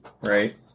right